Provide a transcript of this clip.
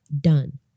done